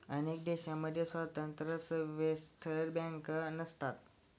अनेक देशांमध्ये स्वतंत्र सार्वत्रिक बँका नसतात